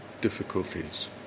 difficulties